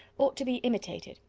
ought to be imitated,